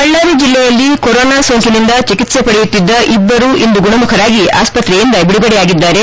ಬಳ್ಳಾರಿ ಜಿಲ್ಲೆಯಲ್ಲಿ ಕೊರೊನಾ ಸೋಂಕಿನಿಂದ ಚಿಕಿತ್ಸೆ ಪಡೆಯುತ್ತಿದ್ದ ಇಬ್ಬರು ಇಂದು ಗುಣಮುಖರಾಗಿ ಆಸ್ಪತ್ರೆಯಿಂದ ಬಿಡುಗಡೆಯಾಗಿದ್ದಾರೆ